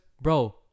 bro